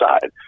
side